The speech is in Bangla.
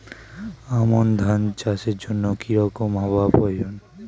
আমন ধান চাষের জন্য কি রকম আবহাওয়া প্রয়োজন?